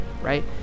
right